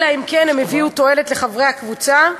אלא אם כן הם הביאו תועלת לחברי הקבוצה,